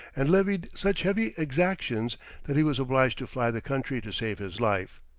and levied such heavy exactions that he was obliged to fly the country to save his life.